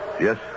Yes